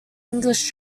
english